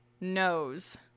knows